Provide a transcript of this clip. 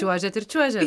čiuožiant ir čiuožiat